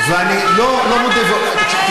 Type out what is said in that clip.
ואני, מודה ועוזב, ירוחם, לא.